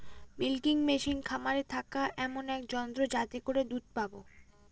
milking machine খামারে থাকা এমন এক যন্ত্র যাতে করে দুধ পাবো